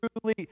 truly